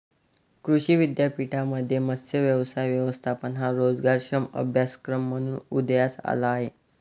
कृषी विद्यापीठांमध्ये मत्स्य व्यवसाय व्यवस्थापन हा रोजगारक्षम अभ्यासक्रम म्हणून उदयास आला आहे